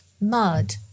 mud